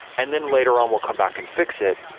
and then later on we'll come back and fix it,